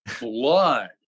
blood